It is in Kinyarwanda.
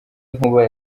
inkuba